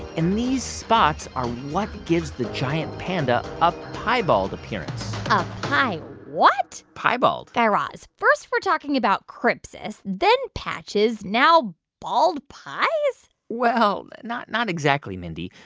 and these spots are what gives the giant panda a piebald appearance um what? piebald guy raz, first we're talking about crypsis, then patches now bald pies? well, not not exactly, mindy.